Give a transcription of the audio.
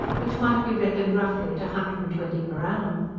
which might be reckoned roughly at a hundred and twenty per annum.